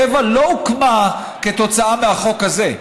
טבע לא הוקמה כתוצאה מהחוק הזה,